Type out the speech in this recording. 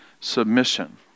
Submission